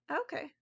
Okay